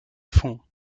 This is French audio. fonds